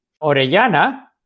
Orellana